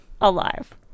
alive